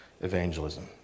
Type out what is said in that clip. evangelism